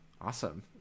Awesome